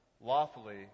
Lawfully